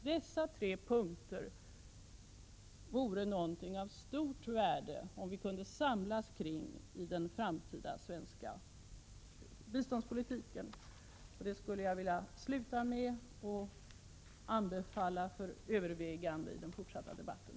Det vore av stort värde om vi kunde samlas kring dessa tre punkter i den framtida svenska biståndspolitiken. Jag vill med detta avsluta mitt anförande och anbefalla vad jag här har sagt för övervägande i den fortsatta debatten.